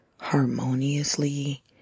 harmoniously